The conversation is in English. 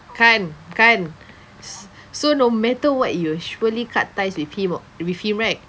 kan kan s~ so no matter what you'll surely cut ties with him o~ with him right